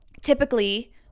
typically